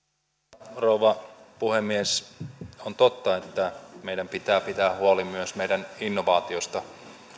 arvoisa rouva puhemies on totta että meidän pitää pitää huoli myös meidän innovaatioista